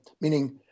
meaning